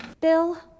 Bill